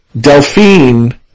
Delphine